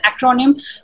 acronym